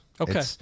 Okay